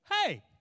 Hey